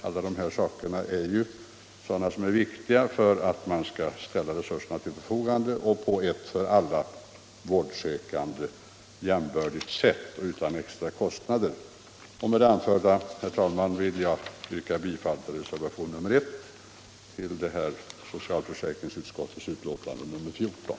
Alla dessa saker är tillräckligt viktiga för att man skall ställa resurser till förfogande på ett för alla vårdsökande jämbördigt sätt och utan att de förorsakas extra kostnader. 15 Med det anförda, herr talman, vill jag yrka bifall till reservationen 1 till socialförsäkringsutskottets betänkande nr 14.